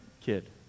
kid